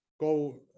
go